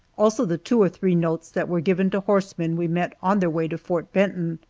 also the two or three notes that were given to horsemen we met on their way to fort benton.